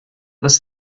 this